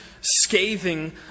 scathing